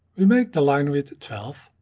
we make the line width twelve